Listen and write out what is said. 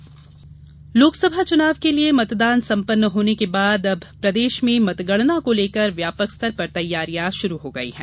मतगणना लोकसभा चुनाव के लिए मतदान संपन्न होने के बाद अब प्रदेश में मतगणना को लेकर व्यापक स्तर पर तैयारियां प्रारंभ कर दी गई है